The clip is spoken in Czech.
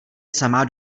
samá